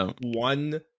one